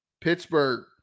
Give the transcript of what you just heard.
Pittsburgh